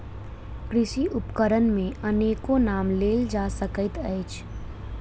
कृषि उपकरण मे अनेको नाम लेल जा सकैत अछि